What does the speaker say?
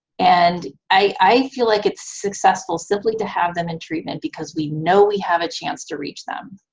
and i feel like it's successful simply to have them in treatment because we know we have a chance to reach them.